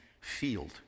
field